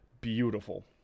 Beautiful